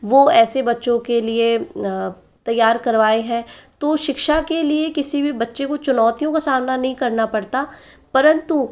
वो ऐसे बच्चों के लिए तैयार करवाए हैं तो शिक्षा के लिए किसी भी बच्चे को चुनौतियाँ का सामना नहीं करना पड़ता परंतु